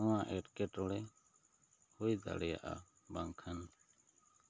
ᱱᱚᱭᱟ ᱮᱸᱴᱠᱮᱴᱚᱬᱮ ᱦᱩᱭ ᱫᱟᱲᱮᱭᱟᱜᱼᱟ ᱵᱟᱝᱠᱷᱟᱱ